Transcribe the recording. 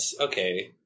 Okay